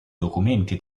documenti